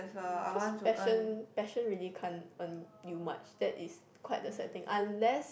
cause passion passion really can't earn you much that is quite the setting unless